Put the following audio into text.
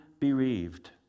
bereaved